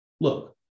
look